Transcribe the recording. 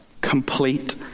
complete